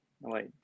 wait